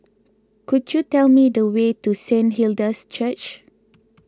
could you tell me the way to Saint Hilda's Church